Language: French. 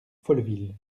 folleville